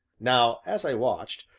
now, as i watched,